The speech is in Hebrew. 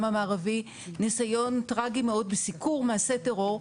המערבי ניסיון טראגי מאוד בסיקור מעשי טרור,